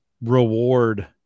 reward